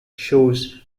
shows